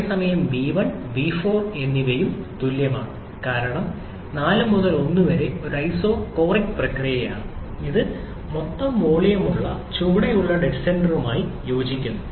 അതേസമയം V 1 V 4 എന്നിവയും തുല്യമാണ് കാരണം 4 മുതൽ 1 വരെ ഒരു ഐസോകോറിക് പ്രക്രിയയാണ് ഇത് മൊത്തം വോളിയം ഉള്ള ചുവടെയുള്ള ഡെഡ് സെന്ററുമായി യോജിക്കുന്നു